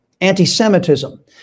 anti-Semitism